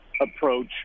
approach